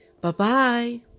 Bye-bye